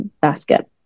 Basket